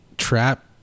trap